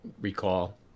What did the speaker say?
recall